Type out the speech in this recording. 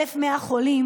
1,100 חולים,